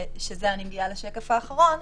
שזאת הנגיעה לשקף האחרון.